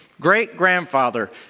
Great-grandfather